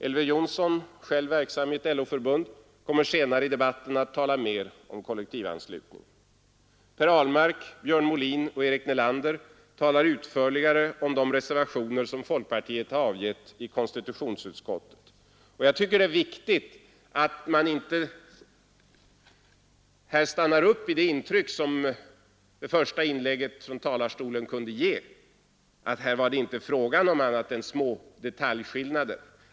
Elver Jonsson, själv verksam i ett LO-förbund, kommer senare i debatten att tala mer om kollektivanslutningen. Per Ahlmark, Björn Molin och Eric Nelander talar utförligare om de reservationer som folkpartiet har avgett i konstitutionsutskottet. Jag tycker det är viktigt att man inte här stannar upp vid det intryck som det första inlägget från talarstolen kunde ge, nämligen att det inte är fråga om annat än små detaljskillnader.